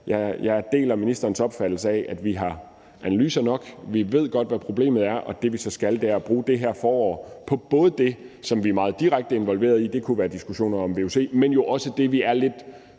Jeg deler ministerens omfattelse af, at vi har analyser nok. Vi ved godt, hvad problemet er, og det, vi så skal, er at bruge det her forår på både det, som vi er meget mere direkte involverede i – det kunne være diskussionen om vuc – men jo også det, vi er lidt